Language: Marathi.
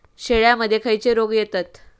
शेळ्यामध्ये खैचे रोग येतत?